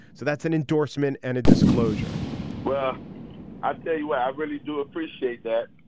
so that's an endorsement and a disclosure well i'll tell you i really do appreciate that.